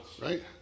right